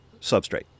substrate